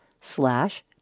slash